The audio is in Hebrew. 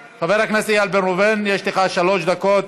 איל בן ראובן, יש לך שלוש דקות.